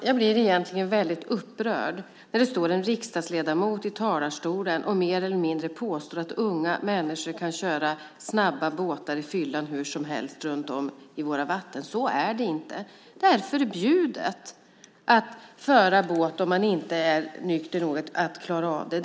Fru talman! Jag blir upprörd när en riksdagsledamot påstår att unga människor på fyllan kan köra snabba båtar hur som helst runt om i våra vatten. Så är det inte. Det är förbjudet att föra båt om man inte är nykter nog att klara av det.